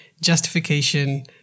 justification